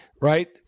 right